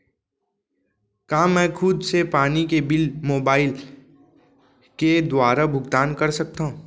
का मैं खुद से पानी के बिल मोबाईल के दुवारा भुगतान कर सकथव?